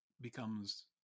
becomes